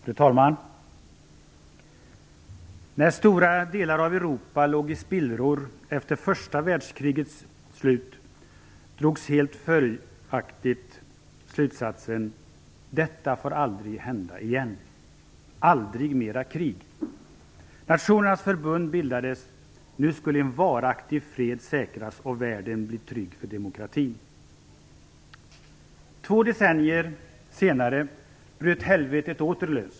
Fru talman! När stora delar av Europa låg i spillror efter första världskrigets slut drogs slutsatsen: Detta får aldrig hända igen. Aldrig mera krig. Nationernas förbund bildades. Nu skulle en varaktig fred säkras och världen bli trygg och mer demokratisk. Två decennier senare bröt helvetet åter ut.